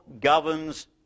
governs